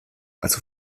also